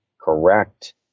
correct